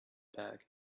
bag